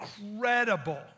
incredible